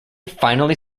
finally